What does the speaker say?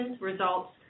results